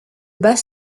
batz